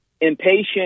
impatient